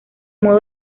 modo